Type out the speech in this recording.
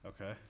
Okay